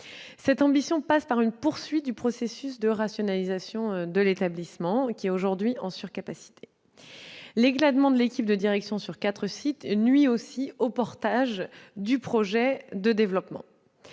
Cette ambition passe par la poursuite du processus de rationalisation de l'établissement, aujourd'hui en surcapacité. L'éclatement de l'équipe de direction entre quatre sites nuit également au portage du projet de développement.